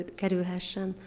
kerülhessen